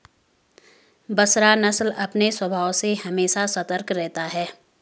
बसरा नस्ल अपने स्वभाव से हमेशा सतर्क रहता है